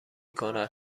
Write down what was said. کند